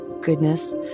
goodness